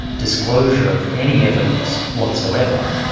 disclosure of any evidence whatsoever,